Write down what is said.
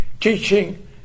teaching